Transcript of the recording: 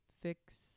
Fix